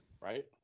Right